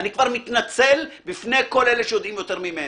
אני כבר מתנצל בפני כל אלה שיודעים יותר ממני.